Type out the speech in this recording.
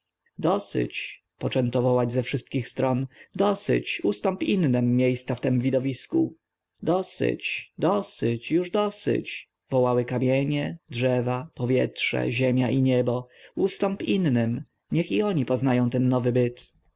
dosyć poczęto wołać ze wszystkich stron dosyć ustąp innym miejsca w tem widowisku dosyć dosyć już dosyć wołały kamienie drzewa powietrze ziemia i niebo ustąp innym niech i oni poznają ten nowy byt